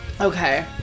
okay